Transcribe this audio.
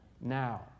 now